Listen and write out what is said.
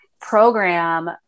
program